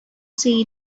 see